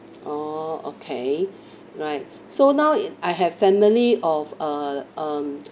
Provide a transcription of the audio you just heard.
oh okay right so now I have family of uh um